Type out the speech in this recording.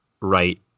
right